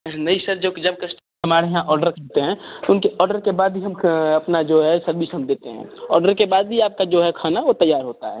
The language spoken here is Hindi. नहीं सर जब जब कस्टमर हमारे यहाँ ऑर्डर देते हैं उनके ऑर्डर के बाद ही हम अपना जो है सर्विस हम देते हैं ऑर्डर के बाद ही आपका जो है खाना वो तैयार होता है